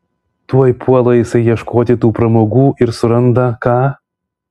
tuoj puola jisai ieškoti tų pramogų ir suranda ką